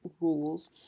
rules